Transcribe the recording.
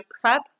prep